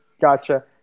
Gotcha